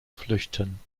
flüchten